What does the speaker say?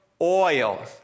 oil